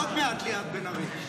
עוד מעט ליאת בן ארי.